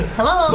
Hello